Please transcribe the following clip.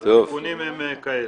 אז התיקונים הם כאלה,